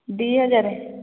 ଦୁଇ ହଜାର